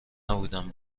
نبودم